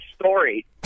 story